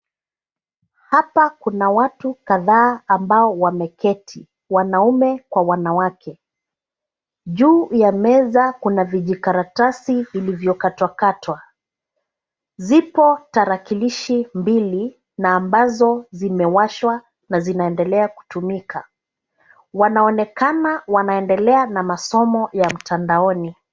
Hapa kuna watu kadhaa ambao wameketi, wanaume kwa wanawake. Juu ya meza kuna vijikaratasi vilivyokatwa katwa. Zipo tarakilishi mbili na ambazo zimewashwa na zinaendelea kutumika. Wanaonekana wanaendelea na masomo ya mtandaoni.